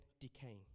decaying